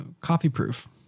coffee-proof